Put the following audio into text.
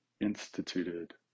instituted